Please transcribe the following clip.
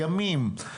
ימים,